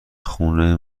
خونه